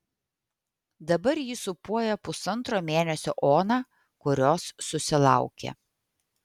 dabar ji sūpuoja pusantro mėnesio oną kurios susilaukė